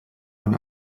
man